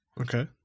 Okay